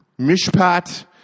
Mishpat